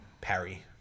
parry